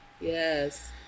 Yes